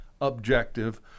objective